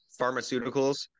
pharmaceuticals